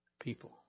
people